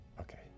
Okay